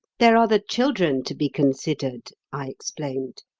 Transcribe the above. there are the children to be considered, i explained.